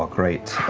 ah great.